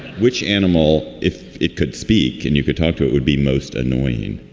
which animal? if it could speak and you could talk to, it would be most annoying